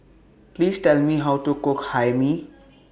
Please Tell Me How to Cook Hae Mee